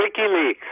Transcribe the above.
WikiLeaks